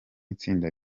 itsinda